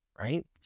right